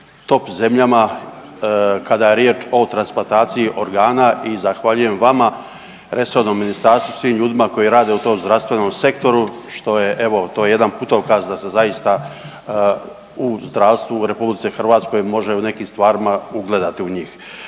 top zemljama kada je riječ o transplantaciji organa i zahvaljujem vama, resornom ministarstvu, svim ljudima koji rade u tom zdravstvenom sektoru što je evo to jedan putokaz da se zaista u zdravstvu u RH može u nekim stvarima ugledati u njih.